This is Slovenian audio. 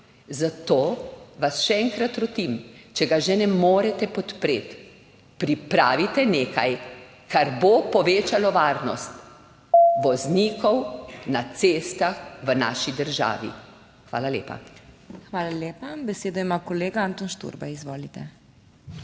Zato vas še enkrat rotim, če ga že ne morete podpreti, pripravite nekaj, kar bo povečalo varnost voznikov na cestah v naši državi. Hvala lepa. PODPREDSEDNICA MAG. MEIRA HOT: Hvala lepa. Besedo ima kolega Anton Šturbej. Izvolite. ANTON